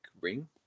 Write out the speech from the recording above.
ring